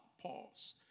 Pause